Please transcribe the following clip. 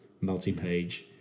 multi-page